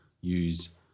use